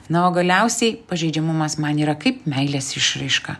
na o galiausiai pažeidžiamumas man yra kaip meilės išraiška